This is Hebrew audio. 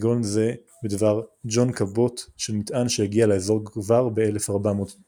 כגון זו בדבר ג'ון קבוט שנטען שהגיע לאזור כבר ב-1497,